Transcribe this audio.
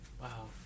Wow